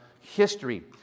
history